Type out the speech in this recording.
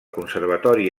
conservatori